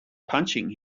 punching